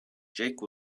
jake